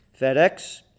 FedEx